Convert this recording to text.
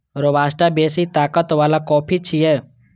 robusta बेसी ताकत बला कॉफी छियै